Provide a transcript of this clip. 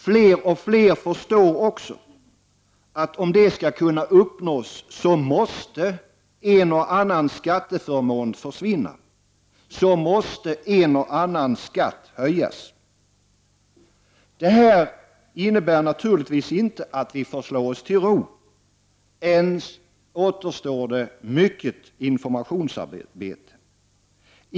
Fler och fler förstår också att om det skall kunna uppnås, måste en och annan skatteförmån försvinna, och en och annan skatt måste höjas. Detta innebär naturligtvis inte att vi får slå oss till ro. Än återstår det mycket informationsarbete.